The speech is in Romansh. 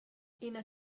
ina